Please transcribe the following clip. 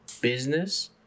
business